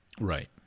Right